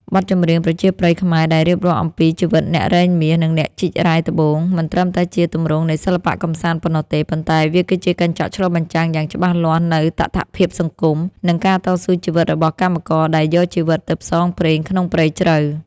បទចម្រៀងប្រជាប្រិយខ្មែរដែលរៀបរាប់អំពីជីវិតអ្នករែងមាស និងអ្នកជីករ៉ែត្បូង មិនត្រឹមតែជាទម្រង់នៃសិល្បៈកម្សាន្តប៉ុណ្ណោះទេ ប៉ុន្តែវាគឺជាកញ្ចក់ឆ្លុះបញ្ចាំងយ៉ាងច្បាស់លាស់នូវតថភាពសង្គម និងការតស៊ូជីវិតរបស់កម្មករដែលយកជីវិតទៅផ្សងព្រេងក្នុងព្រៃជ្រៅ។